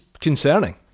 concerning